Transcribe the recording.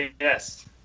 Yes